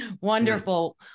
Wonderful